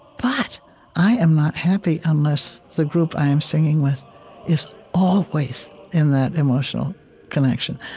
but i am not happy unless the group i am singing with is always in that emotional connection.